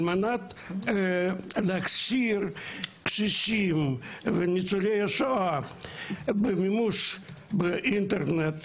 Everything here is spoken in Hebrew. על מנת להכשיר קשישים וניצולי שואה להשתמש באינטרנט,